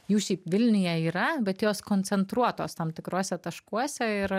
jų šiaip vilniuje yra bet jos koncentruotos tam tikruose taškuose ir